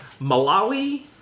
Malawi